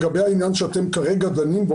לגבי העניין שאתם כרגע דנים בו,